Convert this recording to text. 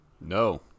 No